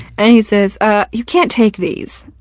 and he says, ah, you can't take these.